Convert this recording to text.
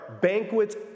banquets